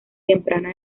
temprana